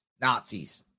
Nazis